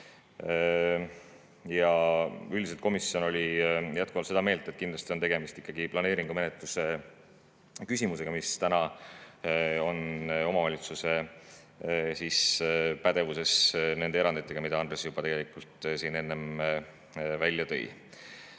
Ja üldiselt, komisjon oli seda meelt, et tegemist on ikkagi planeeringumenetluse küsimusega, mis täna on omavalitsuse pädevuses nende eranditega, mida Andres juba tegelikult siin enne välja tõi.